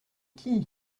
qui